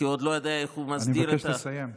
כי הוא עוד לא יודע, אני מבקש לסיים.